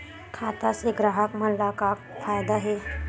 खाता से ग्राहक मन ला का फ़ायदा हे?